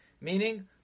Meaning